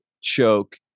choke